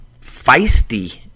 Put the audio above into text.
feisty